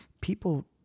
people